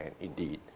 indeed